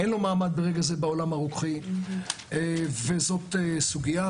ברגע זה אין לו מעמד בעולם הרוקחי, וזאת סוגיה.